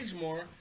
more